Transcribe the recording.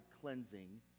cleansing